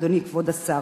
אדוני כבוד השר,